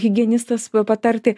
higienistas patarti